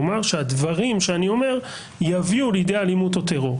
כלומר שהדברים שאני אומר יביאו לידי אלימות או טרור.